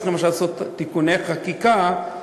צריך לעשות תיקוני חקיקה,